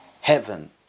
heaven